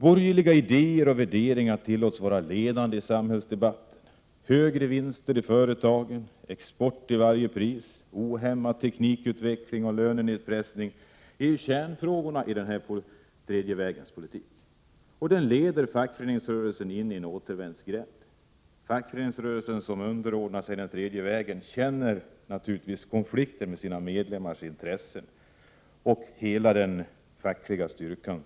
Borgerliga idéer och värderingar tillåts vara ledande i samhällsdebatten. Högre vinster i företagen, export till varje pris, ohämmad teknikutveckling och lönenedpressning är kärnfrågorna i den tredje vägens politik. Den leder fackföreningsrörelsen in i en återvändsgränd. Fackföreningsrörelsen som underordnar sig den tredje vägens politik känner naturligtvis konflikten med medlemmarnas intressen och därmed försvagas den fackliga styrkan.